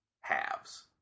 halves